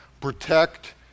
protect